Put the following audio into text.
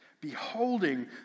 beholding